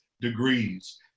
degrees